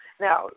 Now